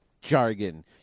jargon